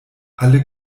alle